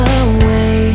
away